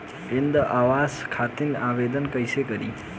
इंद्रा आवास खातिर आवेदन कइसे करि?